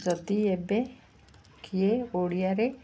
ଯଦି ଏବେ କିଏ ଓଡ଼ିଆରେ